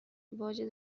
واجد